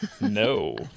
no